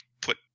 put